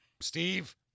Steve